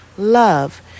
love